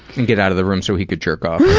and get out of the room so he could jerk off.